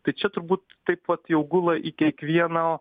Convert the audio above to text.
tai čia turbūt taip vat jau gula į kiekvieno